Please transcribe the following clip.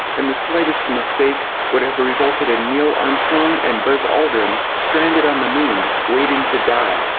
and the slightest mistake would have resulted in neil armstrong and buzz aldrin stranded on the moon, waiting to die.